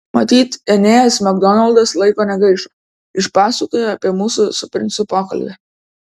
matyt enėjas makdonaldas laiko negaišo išpasakojo apie mūsų su princu pokalbį